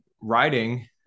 writing